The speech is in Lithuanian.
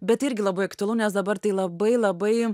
bet irgi labai aktualu nes dabar tai labai labai